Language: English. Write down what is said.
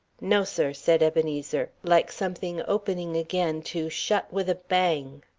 no, sir, said ebenezer, like something opening again to shut with a bang.